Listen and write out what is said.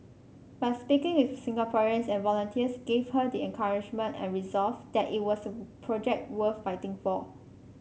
but speaking with Singaporeans and volunteers gave her the encouragement and resolve that it was a project worth fighting for